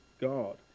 God